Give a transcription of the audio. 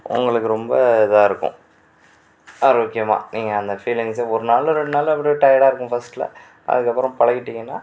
உங்களுக்கு ரொம்ப இதாக இருக்கும் ஆரோக்கியமாக நீங்கள் அந்த ஃபீலிங்ஸை ஒரு நாள் இல்லை ரெண்டு நாளில் அப்படியே டையர்டாக இருக்கும் ஃபர்ஸ்ட்டில் அதுக்கப்புறம் பழகிட்டிங்கனால்